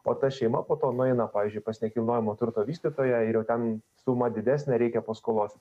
o ta šeima po to nueina pavyzdžiui pas nekilnojamo turto vystytoją ir jau ten suma didesnė reikia paskolos